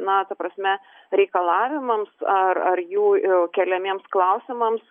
na ta prasme reikalavimams ar ar jų keliamiems klausimams